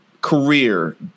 career